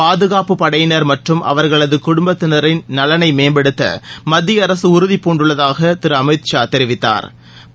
பாதுகாப்பு படையினர் மற்றும் அவர்களது குடுப்பத்தினரின் நலனை மேம்படுத்த மத்திய அரக உறுதிபூண்டுள்ளதாக திரு அமித்ஷா தெரிவித்தாா்